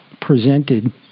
presented